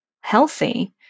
healthy